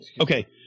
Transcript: Okay